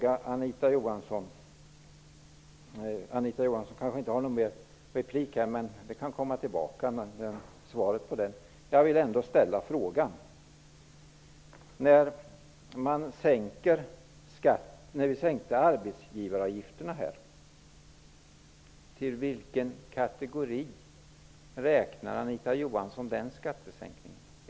Anita Johansson har kanske inte någon mer replik, men jag vill ändå ställa en fråga. Vi sänkte arbetsgivaravgifterna. Till vilken kategori räknar Anita Johansson den skattesänkningen?